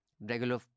regular